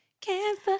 Cancer